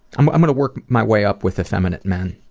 um am going to work my way up with a feminine men.